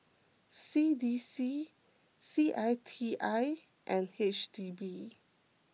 C D C C I T I and H D B